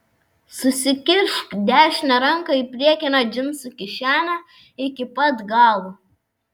susikišk dešinę ranką į priekinę džinsų kišenę iki pat galo